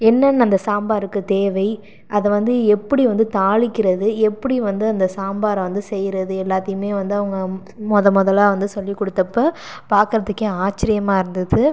என்னென்ன அந்த சாம்பாருக்கு தேவை அதை வந்து எப்படி வந்து தாளிக்கிறது எப்படி வந்து அந்த சாம்பாரை வந்து செய்யுறது எல்லாத்தையுமே வந்து அவங்க மொதல் மொதலில் வந்து சொல்லி கொடுத்தப்ப பார்க்கறதுக்கே ஆச்சர்யமாக இருந்தது